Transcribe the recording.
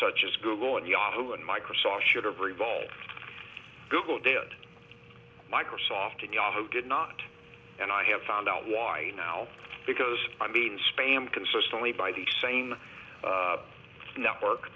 such as google and yahoo and microsoft should have revolved google did microsoft and yahoo did not and i have found out why now because i mean spam consistently by the same network